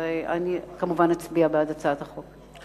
ואני כמובן אצביע בעד הצעת החוק.